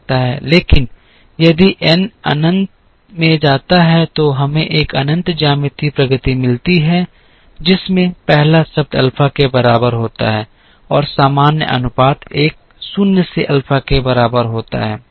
लेकिन यदि n अनंत में जाता है तो हमें एक अनंत ज्यामितीय प्रगति मिलती है जिसमें पहला शब्द अल्फा के बराबर होता है और सामान्य अनुपात 1 शून्य से अल्फा के बराबर होता है